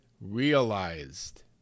realized